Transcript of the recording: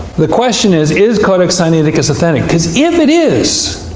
the question is is codex sinaiticus authentic? because if it is,